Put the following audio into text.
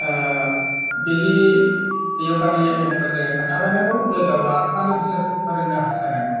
बिनि योगानि मुंखौ जोङो खोन्थाबायनांगौ लोगोआव लाफानानै बिसोरखौबो फोरोंनो हास्थायनांगौ